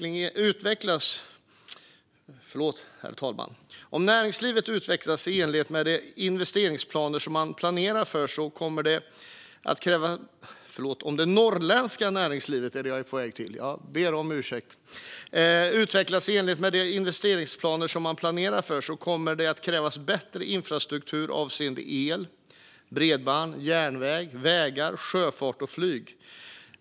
Om det norrländska näringslivet utvecklas i enlighet med de investeringsplaner som man planerar för kommer det att kräva bättre infrastruktur avseende el, bredband, järnvägar, vägar, sjöfart och flyg.